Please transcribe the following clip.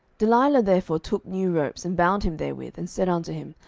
delilah therefore took new ropes, and bound him therewith, and said unto him,